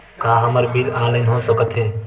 का हमर bill online हो सकत हे?